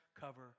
cover